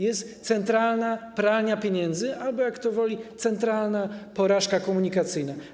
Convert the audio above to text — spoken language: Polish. Jest centralna pralnia pieniędzy albo, jak kto woli, centralna porażka komunikacyjna.